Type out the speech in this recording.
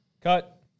cut